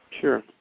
Sure